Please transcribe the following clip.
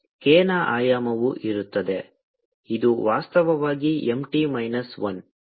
k ನ ಆಯಾಮವು ಇರುತ್ತದೆ ಇದು ವಾಸ್ತವವಾಗಿ M T ಮೈನಸ್ 1